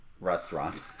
restaurant